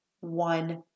one